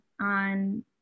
on